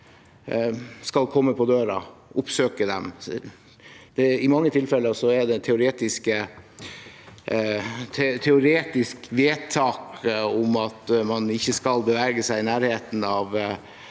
skal komme på døren og oppsøke dem. I mange tilfeller er et teoretisk vedtak om at man ikke skal bevege seg i nærheten av